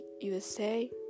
USA